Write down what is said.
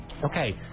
Okay